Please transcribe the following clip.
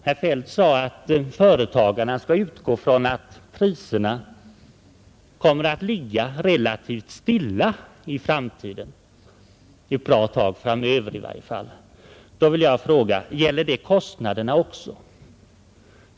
Herr Feldt sade att företagarna skall utgå från att priserna kommer att ligga relativt stilla i framtiden, i varje fall ett bra tag framöver. Gäller det kostnaderna också?